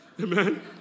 Amen